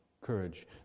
courage